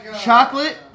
chocolate